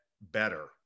better